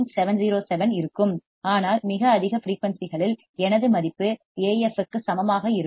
707 இருக்கும் ஆனால் மிக அதிக ஃபிரீயூன்சிகளில் எனது மதிப்பு Af க்கு சமமாக இருக்கும்